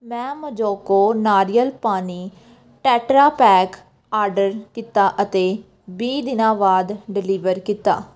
ਮੈਂ ਮੋਜੋਕੋ ਨਾਰੀਅਲ ਪਾਣੀ ਟੈਟਰਾ ਪੈਕ ਆਰਡਰ ਕੀਤਾ ਅਤੇ ਵੀਹ ਦਿਨਾਂ ਬਾਅਦ ਡਿਲੀਵਰ ਕੀਤਾ